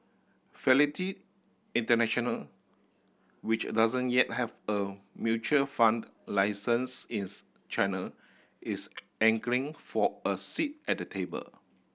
International which doesn't yet have a mutual fund license in China is angling for a seat at the table